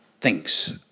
thinks